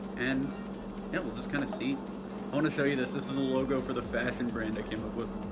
and and we'll just kinda see. i wanna show you this, this is a logo for the fashion brand i came up with.